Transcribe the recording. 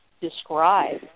describe